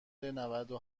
نودو